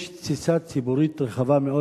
יש תסיסה ציבורית רחבה מאוד,